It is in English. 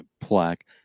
plaque